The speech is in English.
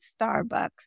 Starbucks